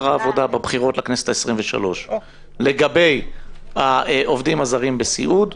לכנסת העשרים-ושלוש לגבי העובדים הזרים בסיעוד.